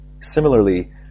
Similarly